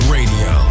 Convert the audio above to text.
Radio